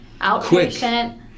outpatient